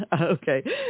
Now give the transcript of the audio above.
Okay